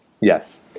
Yes